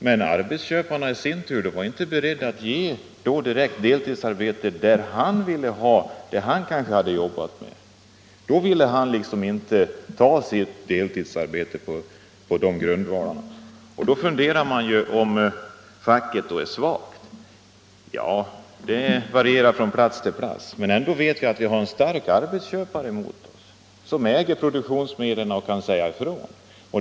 Men arbetsköparna var inte beredda att ge deltidsarbeten just där en arbetare ville ha det, där han kanske hade jobbat förut. Arbetarna vill inte ta deltidsarbeten på de grundvalarna. Då kan man undra om facket är svagt. Ja, det varierar från plats till plats, men överallt vet vi att vi har en stark arbetsköpare mot oss som äger produktionsmedlen och kan säga ifrån.